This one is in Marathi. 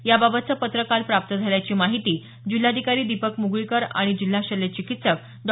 याबाबतचं पत्र काल प्राप्त झाल्याची माहिती जिल्हाधिकारी दिपक मुगळीकर आणि जिल्हा शल्य चिकित्सक डॉ